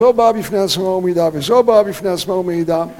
זו באה בפני עצמה ומעידה, וזו באה בפני עצמה ומעידה